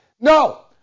No